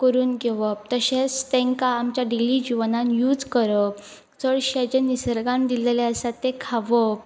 करून घेवप तशेंच तेंकां आमच्या डेली जिवनान यूज करप चडशें जे निसर्गान दिल्लेले आसा तें खावप